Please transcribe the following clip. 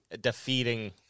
defeating